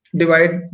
divide